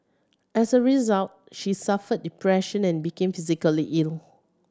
as a result she suffered depression and became physically ill